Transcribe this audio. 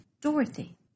Dorothy